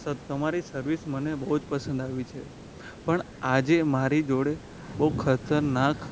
sir તમારી service મને બહુ જ પસંદ આવી છે પણ આજે મારી જોડે બહુ ખતરનાક